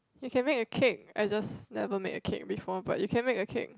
you can make a cake I just never make a cake before but you can make a cake